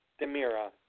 DeMira